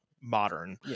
modern